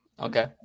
Okay